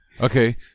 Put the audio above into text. Okay